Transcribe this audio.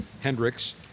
Hendricks